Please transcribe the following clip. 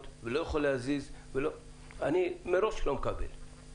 ולא יכול להזיז אני מראש לא מקבל את זה.